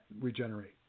regenerate